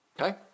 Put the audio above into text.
okay